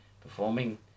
performing